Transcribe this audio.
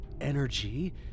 energy